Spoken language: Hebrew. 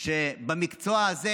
שהמקצוע הזה